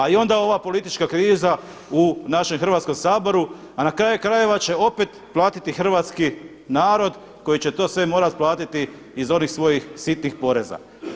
A i onda ova politička kriza u našem Hrvatskom saboru a na kraju krajeva će opet platiti Hrvatski narod koji će to sve morati platiti iz onih svojih sitnih poreza.